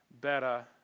better